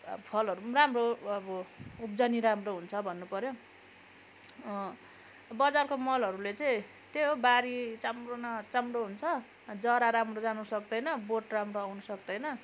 र फलहरू पनि राम्रो अब उब्जनी राम्रो हुन्छ भन्नु पऱ्यो बजारको मलहरूले चाहिँ त्यही हो बारी चाम्रो न चाम्रो हुन्छ जरा राम्रो जान सक्दैन बोट राम्रो आउन सक्दैन